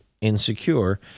insecure